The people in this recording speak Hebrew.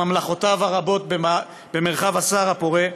בממלכותיו הרבות במרחב הסהר הפורה.